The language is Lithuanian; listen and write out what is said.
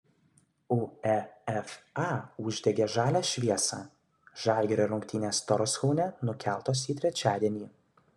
uefa uždegė žalią šviesą žalgirio rungtynės torshaune nukeltos į trečiadienį